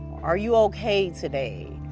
are you ok today?